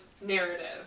narrative